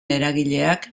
eragileak